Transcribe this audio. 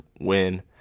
win